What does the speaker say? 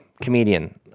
Comedian